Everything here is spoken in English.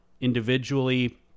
individually